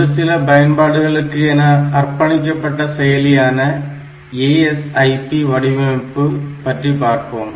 ஒரு சில பயன்பாடுகளுக்கு என அர்ப்பணிக்கப்பட்ட செயலியான ASIP வடிவமைப்பு பற்றி பார்ப்போம்